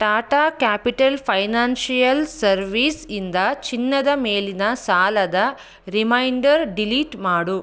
Tata capital financial service ಇಂದ ಚಿನ್ನದ ಮೇಲಿನ ಸಾಲದ ರಿಮೈಂಡರ್ ಡಿಲೀಟ್ ಮಾಡು